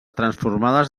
transformades